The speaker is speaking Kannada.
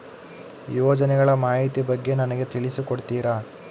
ಯೋಜನೆಗಳ ಮಾಹಿತಿ ಬಗ್ಗೆ ನನಗೆ ತಿಳಿಸಿ ಕೊಡ್ತೇರಾ?